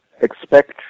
expect